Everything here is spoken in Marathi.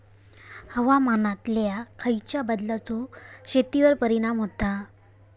हवामानातल्या खयच्या बदलांचो शेतीवर परिणाम होता?